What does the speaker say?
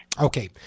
Okay